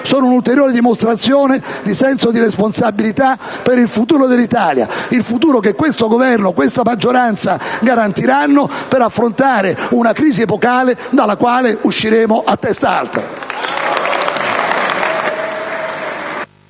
sono un'ulteriore dimostrazione di senso di responsabilità per il futuro dell'Italia, il futuro che questo Governo, questa maggioranza garantiranno per affrontare una crisi epocale dalla quale usciremo a testa alta.